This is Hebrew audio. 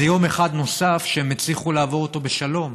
זה יום אחד נוסף שהם הצליחו לעבור בשלום.